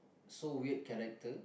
so weird character